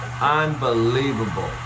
Unbelievable